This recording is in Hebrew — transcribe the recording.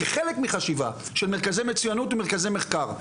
כחלק מחשיבה של מרכזי מצוינות ומרכזי מחקר,